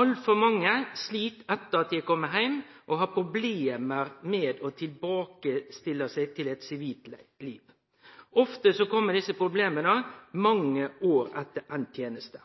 Altfor mange slit etter at dei er kome heim og har problem med å tilbakestille seg til eit sivilt liv. Ofte kjem desse problema mange år etter enda teneste.